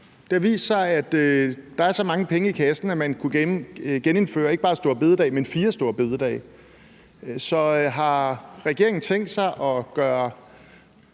Det har vist sig, at der er så mange penge i kassen, at man kunne genindføre ikke bare store bededag, men fire store bededage. Så har regeringen tænkt sig at gøre